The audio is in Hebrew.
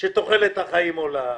שתוחלת החיים עולה,